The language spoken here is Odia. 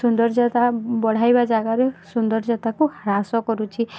ସୌନ୍ଦର୍ଯ୍ୟତା ବଢ଼ାଇବା ଜାଗାରେ ସୌନ୍ଦର୍ଯ୍ୟତାକୁ ହ୍ରାସ କରୁଛି